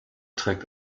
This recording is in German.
trägt